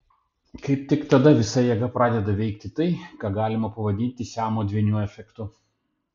kaip tik tada visa jėga pradeda veikti tai ką galima pavadinti siamo dvynių efektu